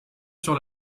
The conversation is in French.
sur